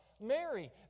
Mary